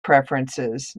preferences